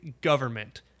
government